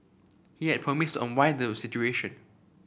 he had promised unwind the situation